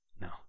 No